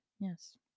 Yes